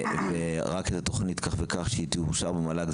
ורק כשהתכנית כך וכך תאושר במל"ג,